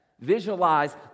Visualize